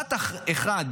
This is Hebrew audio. במשפט אחד,